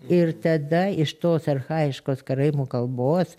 ir tada iš tos archajiškos karaimų kalbos